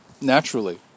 naturally